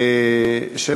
התשע"ד 2014,